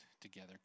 together